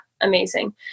amazing